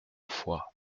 foix